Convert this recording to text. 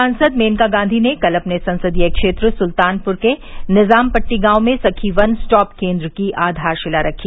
सांसद मेनका गांधी ने कल अपने संसदीय क्षेत्र सुल्तानपुर के निजाम पट्टी गांव में सखी वन स्टॉप केन्द्र की आधारशिला रखी